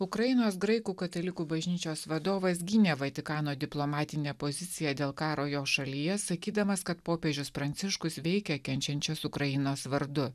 ukrainos graikų katalikų bažnyčios vadovas gynė vatikano diplomatinę poziciją dėl karo jo šalyje sakydamas kad popiežius pranciškus veikia kenčiančios ukrainos vardu